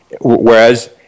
Whereas